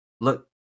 Look